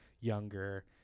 younger